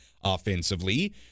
offensively